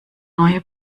neue